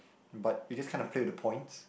but you just kinda play with the points